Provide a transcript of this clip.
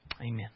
Amen